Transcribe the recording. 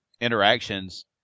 interactions